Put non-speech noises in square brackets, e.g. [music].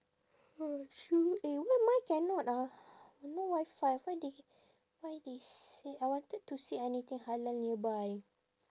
[breath] true eh why mine cannot ah no WiFi why they why they said I wanted to see anything halal nearby